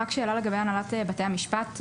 רק שאלה לגבי הנהלת בתי המשפט.